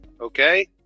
Okay